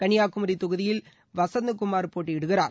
கன்னியாகுமரி தொகுதியில் வசந்தகுமார் போட்டியிடுகிறார்